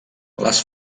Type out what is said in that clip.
les